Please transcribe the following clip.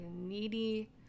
needy